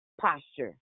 posture